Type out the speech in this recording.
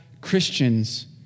Christians